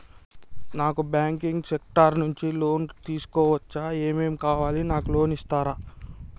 నాకు banking sector నుంచి loan తీసుకోవచ్చా? ఏమేం కావాలి? నాకు లోన్ ఇస్తారా?